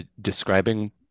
describing